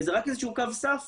זה רק קו סף